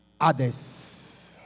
Others